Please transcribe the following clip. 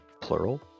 plural